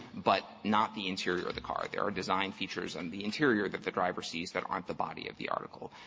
but not the interior of the car. there are design features in and the interior that the driver sees that aren't the body of the article.